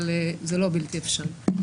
אבל זה לא בלתי אפשרית.